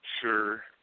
sure